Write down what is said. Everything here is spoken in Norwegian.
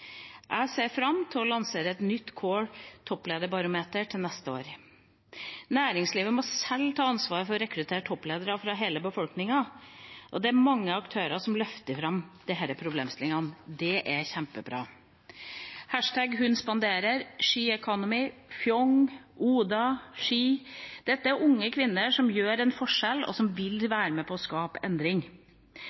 Jeg ser fram til å lansere et nytt CORE Topplederbarometer til neste år. Næringslivet må sjøl ta ansvar for å rekruttere toppledere fra hele befolkningen, og det er mange aktører som løfter fram disse problemstillingene. Det er kjempebra! #hunspanderer, SHEconomy, Fjong, ODA, SHE – dette er unge kvinner som gjør en forskjell, og som vil være med på å skape endring.